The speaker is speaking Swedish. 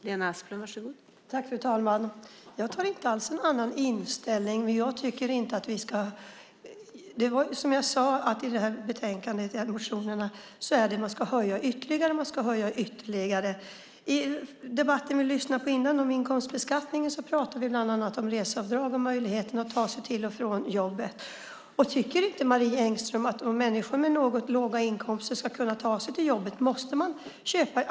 Fru talman! Jag har ingen annan inställning. Som jag sade handlar motionerna om att man ska höja ytterligare. I den debatt om inkomstbeskattningen som vi lyssnade till tidigare pratade man bland annat om reseavdrag och möjligheten att ta sig till och från jobbet. Tycker inte Marie Engström att människor med låga inkomster ska kunna ta sig till jobbet?